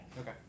Okay